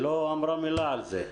היא לא אמרה מילה על זה.